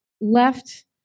left